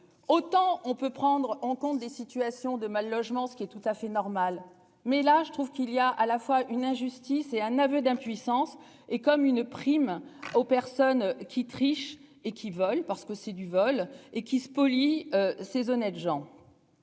Autant on peut prendre en compte des situations de mal logement. Ce qui est tout à fait normal, mais là je trouve qu'il y a à la fois une injustice et un aveu d'impuissance. Et comme une prime aux personnes qui triche et qui vole parce que c'est du vol et qui spolient ces honnêtes gens.